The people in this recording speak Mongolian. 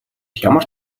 ямар